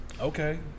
okay